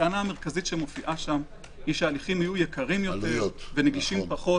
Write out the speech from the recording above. הטענה המרכזית שמופיעה שם היא שההליכים יהיו יקרים יותר ונגישים פחות,